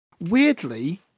weirdly